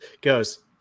goes